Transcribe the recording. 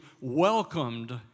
welcomed